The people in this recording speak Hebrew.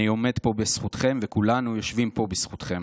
אני עומד פה בזכותכם, וכולנו יושבים פה בזכותכם.